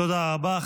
תודה רבה.